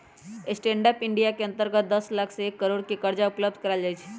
stand up India के अंतर्गत दस लाख से एक करोड़ के करजा उपलब्ध करायल जाइ छइ